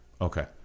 Okay